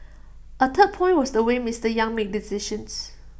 A third point was the way Mister yang made decisions